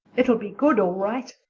it'll be good, all right,